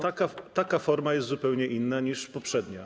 Taka forma jest zupełnie inna niż poprzednia.